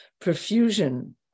profusion